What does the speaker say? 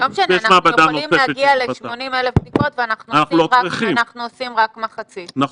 יש מעבדה נוספת שתיפתח.